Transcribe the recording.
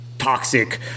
toxic